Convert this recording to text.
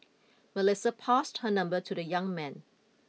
Melissa passed her number to the young man